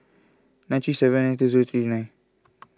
ninety seven and two zero three nine